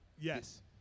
Yes